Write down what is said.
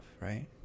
right